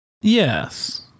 Yes